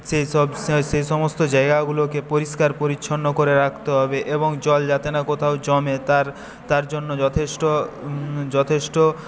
সেইসব সে সেইসমস্ত জায়গাগুলোকে পরিষ্কার পরিচ্ছন্ন করে রাখতে হবে এবং জল যাতে না কোথাও জমে তার তারজন্য যথেষ্ট যথেষ্ট